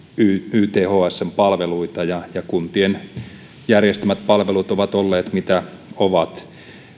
ythsn palveluita ja ja kuntien järjestämät palvelut ovat olleet mitä ovat